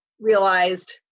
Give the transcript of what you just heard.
realized